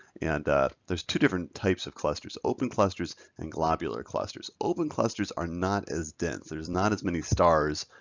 and there's two different types of clusters open clusters and globular clusters. open clusters are not as dense, there's not as many stars